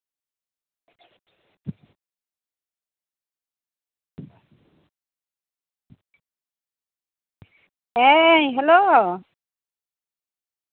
ᱦᱮᱸ ᱦᱮᱞᱳ